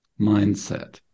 mindset